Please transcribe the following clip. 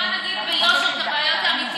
את צריכה להגיד ביושר את הבעיות האמיתיות,